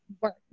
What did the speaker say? work